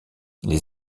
les